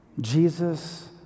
Jesus